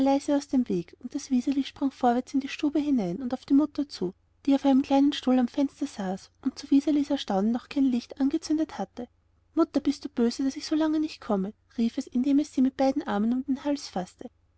aus dem wege und das wiseli sprang vorwärts in die stube hinein und auf die mutter zu die auf einem kleinen stuhl am fenster saß und zu wiselis erstaunen noch kein licht angezündet hatte mutter bist du böse daß ich so lang nicht komme rief es indem es sie mit beiden armen um den hals faßte